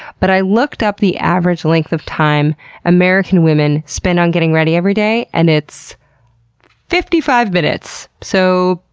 but i looked up the average length of time american women spend on getting ready every day and it's fifty five minutes! so,